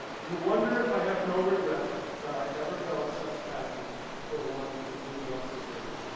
you wonder if i have no regret that i ever felt such passion for one who did not deserve it.